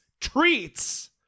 treats